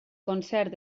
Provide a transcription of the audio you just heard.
concert